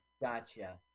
Gotcha